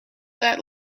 that